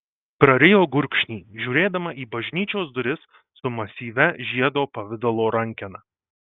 prarijo gurkšnį žiūrėdama į bažnyčios duris su masyvia žiedo pavidalo rankena